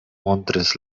montris